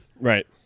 Right